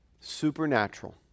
supernatural